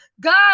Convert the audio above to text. God